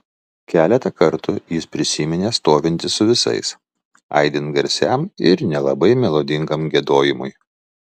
keletą kartų jis prisiminė stovintis su visais aidint garsiam ir nelabai melodingam giedojimui